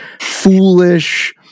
foolish